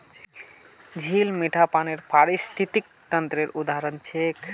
झील मीठा पानीर पारिस्थितिक तंत्रेर उदाहरण छिके